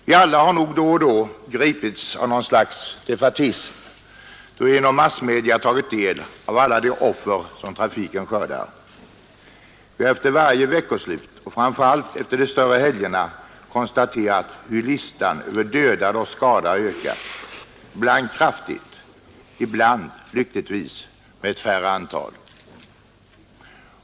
Vi har nog alla då och då gripits av något slags defaitism, när vi genom massmedia tagit del av hur många offer som trafiken skördar och efter varje veckoslut, framför allt efter de större helgerna, konstaterat hur listan över dödade och skadade ökat, ibland kraftigt och ibland, lyckligtvis, med mindre antal.